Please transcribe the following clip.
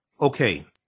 Okay